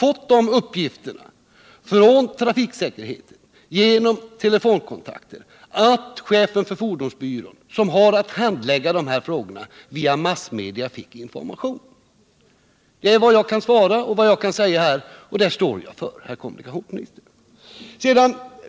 Jag har vid telefonkontakter med trafiksäkerhetsverket fått uppgifterna att chefen för fordonsbyrån, som har att handlägga dessa frågor, fick information via massmedia. Det är vad jag kan meddela, och det står jag för, herr kommunikationsminister.